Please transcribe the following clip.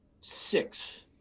six